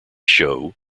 show